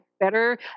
better